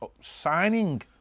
Signing